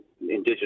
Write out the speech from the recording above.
Indigenous